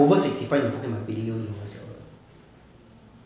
ya over sixty five 你不可以买 critical illness liao 了 ya